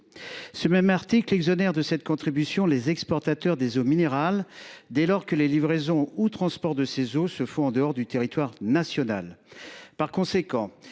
Ce même article exonère de cette contribution les exportateurs des eaux minérales, dès lors que les livraisons ou transports de ces eaux se font en dehors du territoire national.